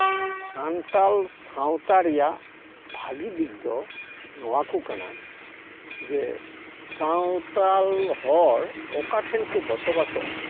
ᱥᱟᱱᱛᱟᱲ ᱥᱟᱶᱛᱟ ᱨᱮᱭᱟᱜ ᱵᱷᱟᱹᱜᱤ ᱫᱤᱠ ᱫᱚ ᱱᱚᱣᱟ ᱠᱚ ᱠᱟᱱᱟ ᱡᱮ ᱥᱟᱱᱛᱟᱲ ᱦᱚᱲ ᱚᱠᱟ ᱴᱷᱮᱱ ᱠᱚ ᱵᱚᱥᱚᱵᱟᱥᱚᱜᱼᱟ